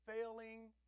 failing